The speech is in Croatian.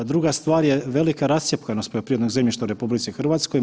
Druga stvar je velika rascjepkanost poljoprivrednog zemljišta u RH.